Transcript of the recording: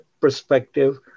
perspective